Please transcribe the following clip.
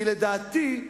כי לדעתי,